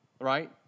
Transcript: right